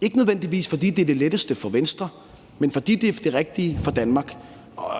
ikke nødvendigvis fordi det er det letteste for Venstre, men fordi det er det rigtige for Danmark.